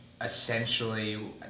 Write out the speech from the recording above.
essentially